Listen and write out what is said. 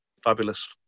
fabulous